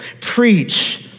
Preach